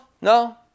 no